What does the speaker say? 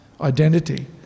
identity